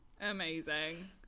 Amazing